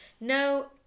no